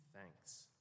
thanks